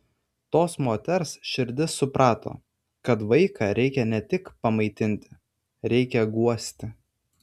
tos moters širdis suprato kad vaiką reikia ne tik pamaitinti reikia guosti